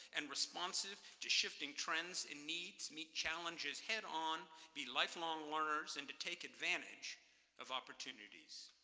and responsive to shifting trends and needs, meet challenges head on, be life-long learners, and to take advantage of opportunities.